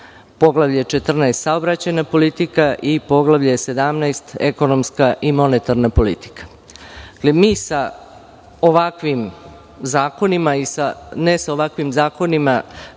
Poglavlje XIV – Saobraćajna politika i Poglavlje XVII – Ekonomska i monetarna politika. Mi sa ovakvim zakonima, ne sa ovakvim zakonima